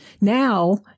now